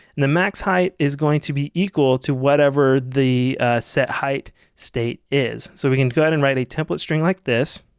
the max-height is going to be equal to whatever the setheight state is, so we can go ahead and write a template string like this